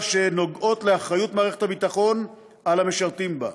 שנוגעות לאחריות מערכת הביטחון על המשרתים בה.